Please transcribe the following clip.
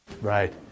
right